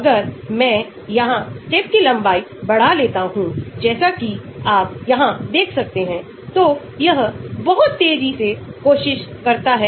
अगर यह कम है तो यह हाइड्रोफिलिक होगा तो यह प्रवेश नहीं कर सकेगा